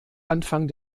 anfang